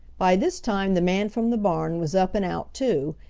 by this time the man from the barn was up and out too,